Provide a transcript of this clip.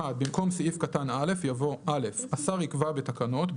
במקום סעיף קטן (א) יבוא: "(א)השר יקבע בתקנות,